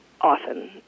Often